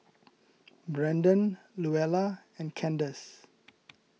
Brandan Luella and Kandace